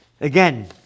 Again